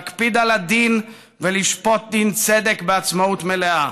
להקפיד על הדין ולשפוט דין צדק בעצמאות מלאה.